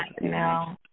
No